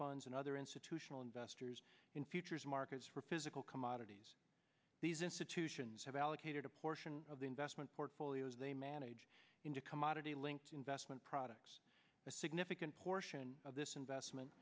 funds and other institutional investors in futures markets for physical commodities these institutions have allocated a portion of the investment portfolios they manage into commodity linked investment products a significant portion of this investment